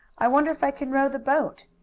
i wonder if i can row the boat?